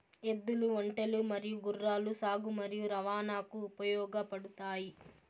ఎద్దులు, ఒంటెలు మరియు గుర్రాలు సాగు మరియు రవాణాకు ఉపయోగపడుతాయి